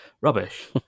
Rubbish